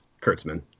Kurtzman